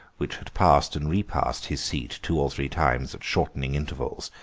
which had passed and repassed his seat two or three times at shortening intervals,